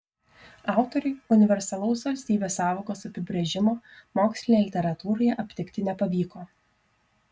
autoriui universalaus valstybės sąvokos apibrėžimo mokslinėje literatūroje aptikti nepavyko